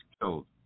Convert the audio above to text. killed